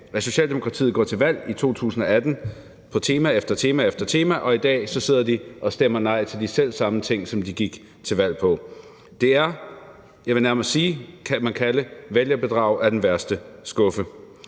at Socialdemokratiet går til valg i 2018 på tema efter tema og i dag sidder og stemmer nej til de selv samme ting, som de gik til valg på. Det er, vil jeg nærmest sige, vælgerbedrag af den værste skuffe.